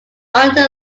under